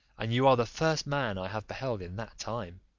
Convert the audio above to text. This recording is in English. and you are the first man i have beheld in that time.